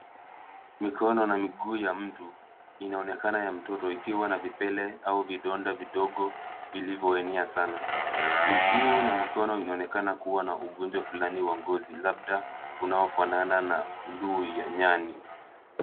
Mikono na miguu ya mtu inaonekana ya mtoto ikiwa na vipele au vidonda vidogo vilivyoenea sana. Miguu na mikono inaonekana kuwa na ugonjwa fulani wa ngozi labda unaofanana na nduu ya nyani.